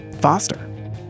Foster